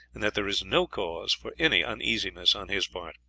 and that there is no cause for any uneasiness on his part.